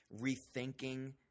rethinking